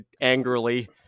angrily